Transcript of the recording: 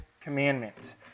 commandment